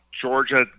Georgia